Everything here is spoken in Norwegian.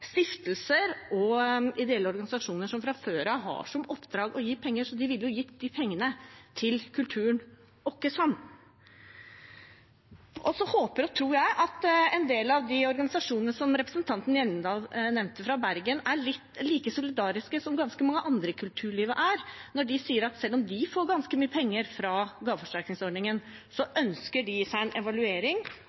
stiftelser og ideelle organisasjoner som fra før av har som oppdrag å gi penger. Så de ville gitt de pengene til kulturlivet åkkesom. Jeg håper og tror at en del av de organisasjonene i Bergen som representanten Hjemdal nevnte, er like solidariske som ganske mange andre i kulturlivet er, når de sier at selv om de får ganske mye penger fra gaveforsterkningsordningen, ønsker de seg en evaluering.